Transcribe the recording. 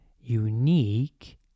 unique